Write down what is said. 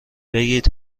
بگید